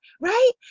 right